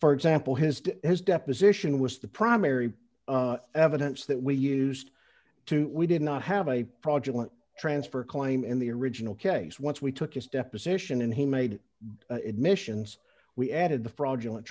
for example his deposition was the primary evidence that we used to we did not have a project transfer claim in the original case once we took his deposition and he made admissions we added the fraudulent